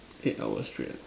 eight hours straight ah